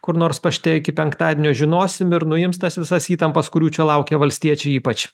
kur nors pašte iki penktadienio žinosim ir nuims tas visas įtampas kurių čia laukia valstiečiai ypač